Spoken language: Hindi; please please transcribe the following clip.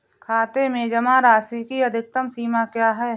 खाते में जमा राशि की अधिकतम सीमा क्या है?